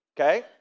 okay